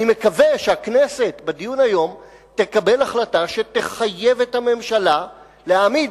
אני מקווה שהכנסת בדיון היום תקבל החלטה שתחייב את הממשלה להעמיד